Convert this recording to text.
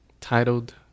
titled